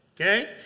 okay